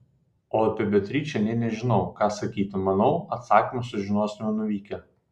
o apie beatričę nė nežinau ką sakyti manau atsakymą sužinosime nuvykę